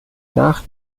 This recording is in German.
nach